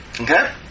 Okay